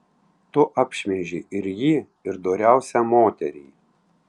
tu apšmeižei ir jį ir doriausią moterį